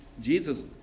Jesus